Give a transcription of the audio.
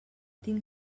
tinc